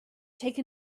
take